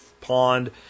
pond